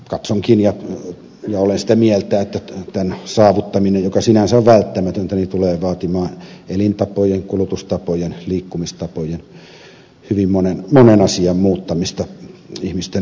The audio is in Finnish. katsonkin ja olen sitä mieltä että tämän saavuttaminen joka sinänsä on välttämätöntä tulee vaatimaan elintapojen kulutustapojen liikkumistapojen hyvin monen asian muuttamista varsinkin länsimaisten ihmisten toiminnassa